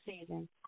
season